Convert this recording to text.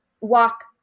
walk